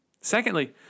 Secondly